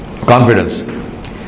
confidence